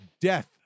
Death